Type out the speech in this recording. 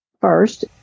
first